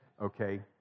okay